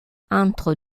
entre